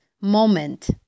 moment